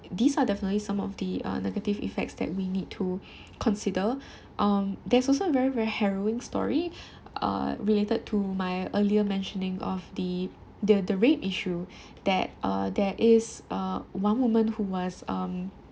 these are definitely some of the uh negative effects that we need to consider um there's also a very very harrowing story uh related to my earlier mentioning of the the the rape issue that uh there is uh one woman who was um